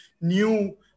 new